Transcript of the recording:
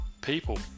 people